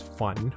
fun